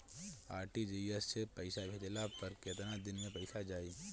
RTGS से पईसा भेजला पर केतना दिन मे पईसा जाई?